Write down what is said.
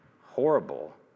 horrible